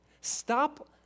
Stop